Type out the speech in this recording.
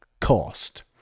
cost